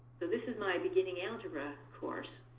so this is my beginning algebra course,